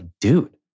dude